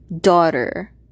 daughter